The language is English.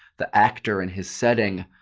the actor and his setting,